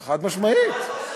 חד-משמעית.